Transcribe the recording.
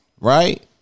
right